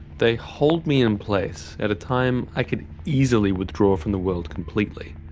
they hold me in place at a time i could easily withdraw from the world completely,